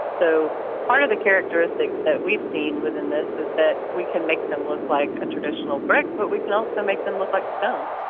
so part of the characteristics that we've seen within this is that we can make them look like a traditional brick but we can also make them look like stone.